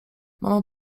mama